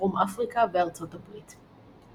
דרום אפריקה וארצות הברית.